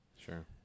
Sure